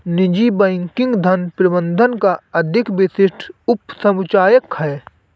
निजी बैंकिंग धन प्रबंधन का अधिक विशिष्ट उपसमुच्चय है